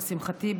לשמחתי,